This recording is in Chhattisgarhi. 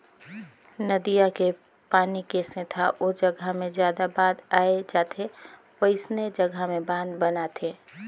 नदिया के पानी के सेथा ओ जघा मे जादा बाद आए जाथे वोइसने जघा में बांध बनाथे